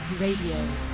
Radio